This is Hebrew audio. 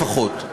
לפחות,